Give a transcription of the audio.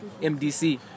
MDC